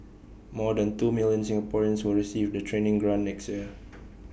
more than two million Singaporeans will receive the training grant next year